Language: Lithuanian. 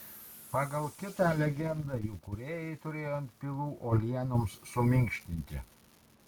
pagal kitą legendą jų kūrėjai turėjo antpilų uolienoms suminkštinti